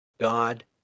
God